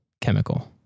chemical